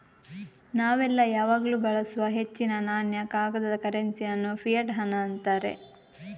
ನಾವೆಲ್ಲ ಯಾವಾಗ್ಲೂ ಬಳಸುವ ಹೆಚ್ಚಿನ ನಾಣ್ಯ, ಕಾಗದದ ಕರೆನ್ಸಿ ಅನ್ನು ಫಿಯಟ್ ಹಣ ಅಂತಾರೆ